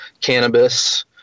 cannabis